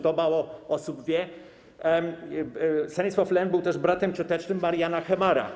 To mało osób wie, Stanisław Lem był też bratem ciotecznym Mariana Hemara.